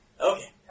Okay